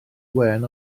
gwên